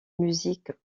music